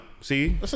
See